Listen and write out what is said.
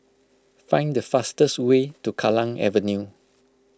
find the fastest way to Kallang Avenue